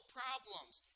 problems